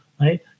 right